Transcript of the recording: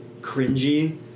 cringy